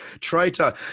Traitor